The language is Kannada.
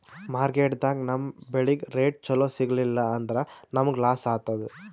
ಮಾರ್ಕೆಟ್ದಾಗ್ ನಮ್ ಬೆಳಿಗ್ ರೇಟ್ ಚೊಲೋ ಸಿಗಲಿಲ್ಲ ಅಂದ್ರ ನಮಗ ಲಾಸ್ ಆತದ್